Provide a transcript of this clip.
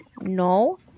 No